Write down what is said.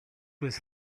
was